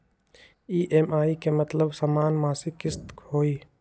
EMI के मतलब समान मासिक किस्त होहई?